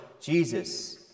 Jesus